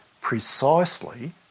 precisely